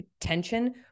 tension